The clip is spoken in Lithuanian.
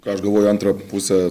ką aš galvoju antrą pusę